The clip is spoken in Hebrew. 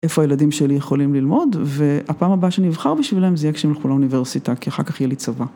‫איפה הילדים שלי יכולים ללמוד, ‫והפעם הבאה שאני אבחר בשבילם ‫זה יהיה כשהם ילכו לאוניברסיטה, כי אחר כך יהיה לי צבא.